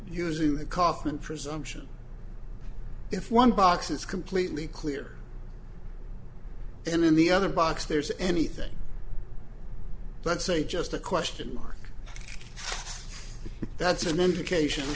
using the kaufman presumption if one box is completely clear then in the other box there's anything let's say just a question mark that's an indication